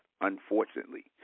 unfortunately